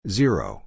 zero